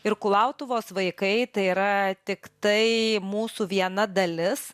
ir kulautuvos vaikai tai yra tiktai mūsų viena dalis